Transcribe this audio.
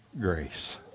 grace